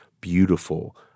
beautiful